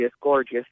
gorgeous